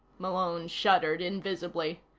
malone shuddered invisibly.